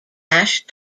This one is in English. ash